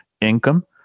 income